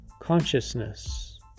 consciousness